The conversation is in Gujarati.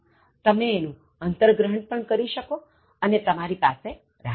તમે એનું અંતર્ગ્રહણ પણ કરી શકો અને તમારી પાસે રાખી શકો